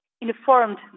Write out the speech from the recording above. informed